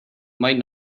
might